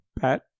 Pat